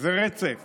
זה רצף